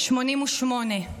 88,